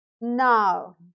Now